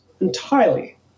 entirely